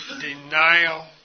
denial